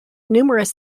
numerous